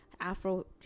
Afro